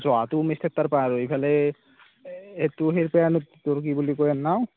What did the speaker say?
জহাটো উমেছথেৰ তাৰ পৰা আৰু এইফালে এইটো সেই পৰা আনো তোৰ কি বুলি কই ইয়াৰ নাম